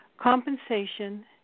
Compensation